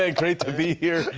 ah great to be here.